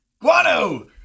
Guano